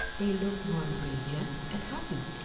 they look more radiant and happy!